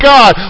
God